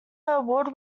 award